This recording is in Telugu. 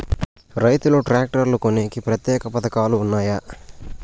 రైతులు ట్రాక్టర్లు కొనేకి ప్రత్యేక పథకాలు ఉన్నాయా?